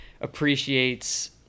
appreciates